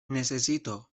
necessito